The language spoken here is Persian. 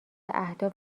اهداف